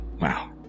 Wow